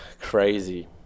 crazy